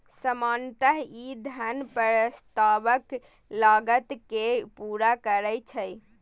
सामान्यतः ई धन प्रस्तावक लागत कें पूरा करै छै